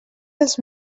dels